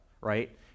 right